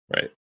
Right